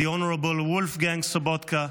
the Honorable Wolfgang Sobotka,